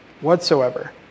whatsoever